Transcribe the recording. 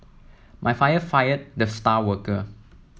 my father fired the star worker